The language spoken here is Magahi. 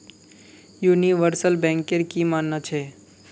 यूनिवर्सल बैंकेर की मानना छ